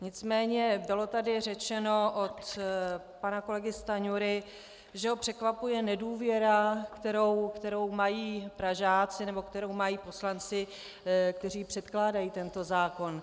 Nicméně bylo tady řečeno od pana kolegy Stanjury, že ho překvapuje nedůvěra, kterou mají Pražáci, nebo kterou mají poslanci, kteří předkládají tento zákon.